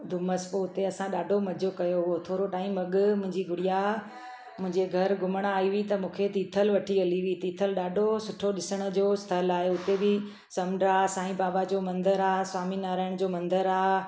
डूमस पोइ हुते असां ॾाढो मज़ो कयो हुओ थोरो टाइम अॻु मुंहिंजी गुड़िया मुंहिंजे घर घुमणु आई हुई त मूंखे तीथल वठी हली हुई तीथल ॾाढो सुठो ॾिसण जो स्थल आहे हुते बि समुंडु आहे साईं बाबा जो मंदरु आहे स्वामी नारायण जो मंदरु आहे